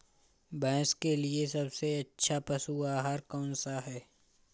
भैंस के लिए सबसे अच्छा पशु आहार कौन सा है?